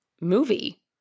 movie